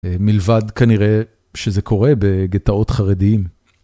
מלבד כנראה שזה קורה בגטאות חרדיים.